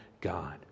god